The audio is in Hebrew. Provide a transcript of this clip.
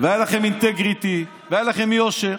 והיה לכם אינטגריטי והיה לכם יושר,